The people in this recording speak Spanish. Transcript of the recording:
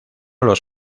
los